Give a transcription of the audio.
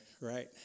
right